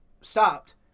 stopped